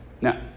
Now